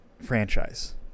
franchise